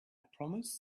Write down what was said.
promised